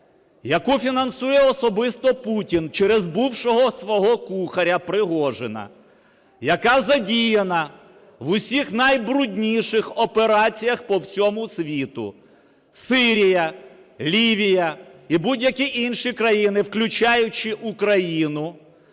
яку фінансує особисто Путін через бувшого свого кухаря Пригожина, яка задіяна в усіх найбрудніших операціях по всьому світу: Сирія, Лівія і будь-які інші країни, включаючи Україну,